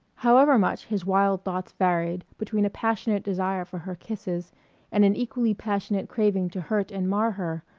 however much his wild thoughts varied between a passionate desire for her kisses and an equally passionate craving to hurt and mar her,